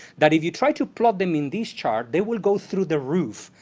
that if you try to plot them in this chart, they will go through the roof.